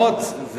ומחכימות,